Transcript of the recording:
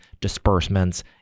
disbursements